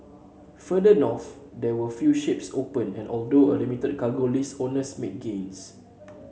further north there were few ships open and although a limited cargo list owners made gains